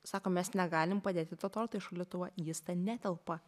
sako mes negalim padėti to torto į šaldytuvą jis ten netelpa